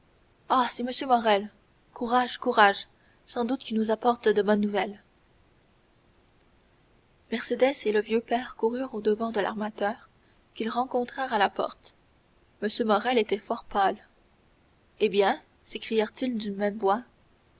ah c'est m morrel courage courage sans doute qu'il nous apporte de bonnes nouvelles mercédès et le vieux père coururent au-devant de l'armateur qu'ils rencontrèrent à la porte m morrel était fort pâle eh bien s'écrièrent-ils d'une même voix